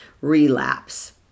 relapse